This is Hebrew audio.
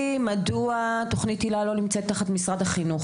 מדוע תוכנית היל"ה לא נמצאת תחת משרד החינוך.